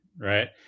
right